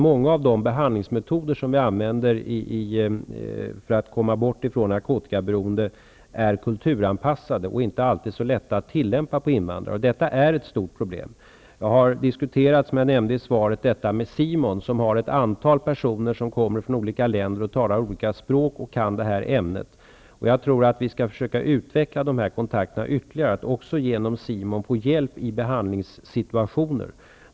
Många av de behandlingsmetoder som vi använder för att människor skall komma bort från sitt narkotikaberoende är kulturanpassade. Det är därför inte alltid så lätt att tillämpa de här metoderna på invandrare. Detta är ett stort problem. Som jag nämnde i svaret har jag diskuterat detta med SIMON, som har ett antal personer som kommer från olika länder och som talar olika språk. De kan det här ämnet. Jag tror att vi skall försöka utveckla de här kontakterna ytterligare för att det skall vara möjligt att också genom SIMON få hjälp i behandlingssituationer.